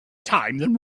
time